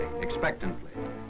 expectantly